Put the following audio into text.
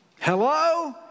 Hello